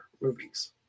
movies